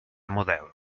model